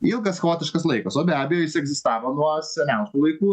ilgas chaotiškas laikas o be abejo jis egzistavo nuo seniausių laikų